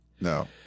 No